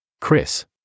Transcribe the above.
Chris